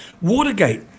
Watergate